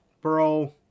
Bro